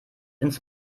ins